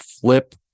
Flip